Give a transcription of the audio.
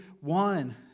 one